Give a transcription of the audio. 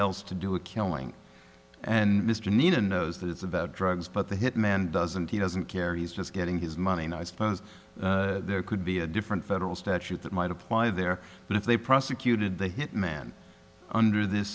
else to do a killing and mr nida knows that it's about drugs but the hitman doesn't he doesn't care he's just getting his money and i suppose there could be a different federal statute that might apply there but if they prosecuted the hitman under this